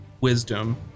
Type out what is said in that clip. Wisdom